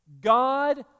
God